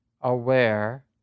aware